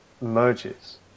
merges